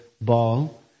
ball